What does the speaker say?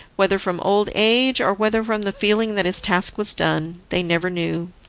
whether from old age or whether from the feeling that his task was done, they never knew.